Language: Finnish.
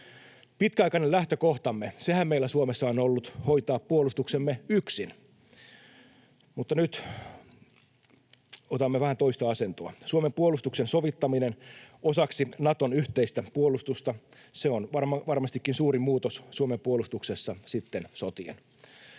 Pitkäaikainen lähtökohtahan meillä Suomessa on ollut hoitaa puolustuksemme yksin, mutta nyt otamme vähän toista asentoa. Suomen puolustuksen sovittaminen osaksi Naton yhteistä puolustusta on varmastikin suurin muutos Suomen puolustuksessa sitten sotien.